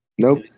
Nope